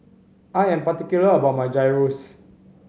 I am particular about my Gyros